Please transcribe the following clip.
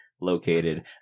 located